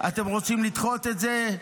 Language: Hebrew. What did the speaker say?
אתם רוצים לדחות את זה?